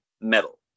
metal